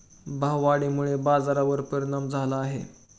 भाववाढीमुळे बाजारावर परिणाम झाला आहे